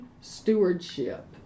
stewardship